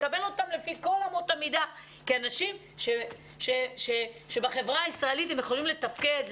מקבל אותם לפי כל אמות המידה כאנשים שבחברה הישראלית הם יכולים לתפקד,